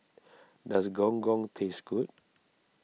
does Gong Gong taste good